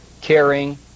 caring